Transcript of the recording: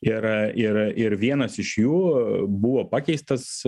ir ir ir vienas iš jų buvo pakeistas